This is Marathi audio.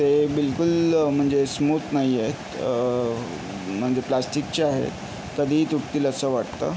ते बिलकुल म्हणजे स्मूथ नाही आहेत म्हणजे प्लास्टीकचे आहेत कधीही तुटतील असं वाटतं